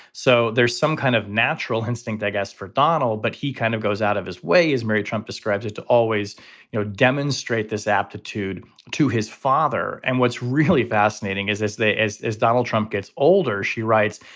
so there's some kind of natural instinct, i guess, for donald, but he kind of goes out of his way. is mary trump described as to always you know demonstrate this aptitude to his father? and what's really fascinating is this. as as donald trump gets older, she writes,